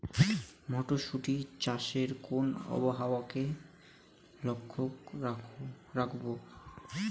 মটরশুটি চাষে কোন আবহাওয়াকে লক্ষ্য রাখবো?